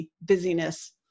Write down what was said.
busyness